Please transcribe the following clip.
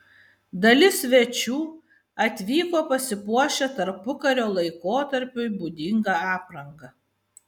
dalis svečių atvyko pasipuošę tarpukario laikotarpiui būdinga apranga